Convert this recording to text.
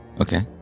okay